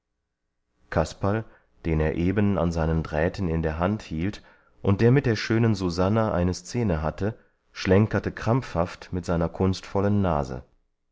kasperl den er eben an seinen drähten in der hand hielt und der mit der schönen susanna eine szene hatte schlenkerte krampfhaft mit seiner kunstvollen nase